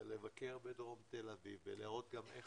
זה לבקר בדרום תל אביב ולראות גם איך